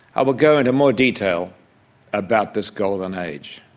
i will go into more detail about this golden age.